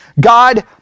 God